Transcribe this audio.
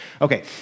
Okay